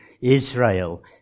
Israel